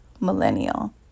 Millennial